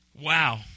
Wow